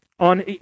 On